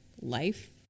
life